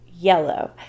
yellow